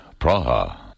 Praha